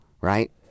right